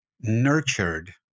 nurtured